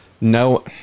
No